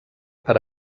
per